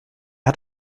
hat